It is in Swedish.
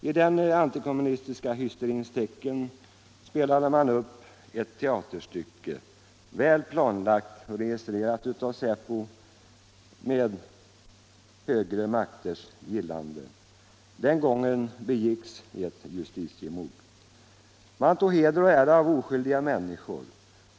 I den antikommunistiska hysterins tecken spelade man upp ett teaterstycke, väl planlagt och regisserat av säpo och med högre makters gillande. Den gången begick man ett justitiemord. Man tog heder och ära av oskyldiga människor.